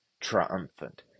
triumphant